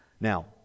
Now